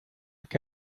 que